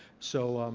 so,